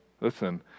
listen